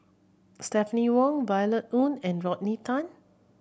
Stephanie Wong Violet Oon and Rodney Tan